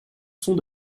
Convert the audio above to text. sont